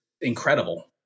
incredible